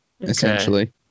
essentially